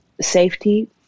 safety